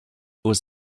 aux